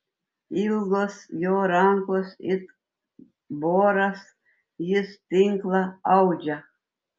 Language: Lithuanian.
ilgos jo rankos it voras jis tinklą audžia